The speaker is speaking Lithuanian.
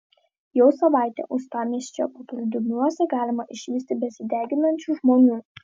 jau savaitę uostamiesčio paplūdimiuose galima išvysti besideginančių žmonių